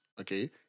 okay